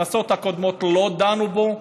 בכנסות הקודמות לא דנו בו,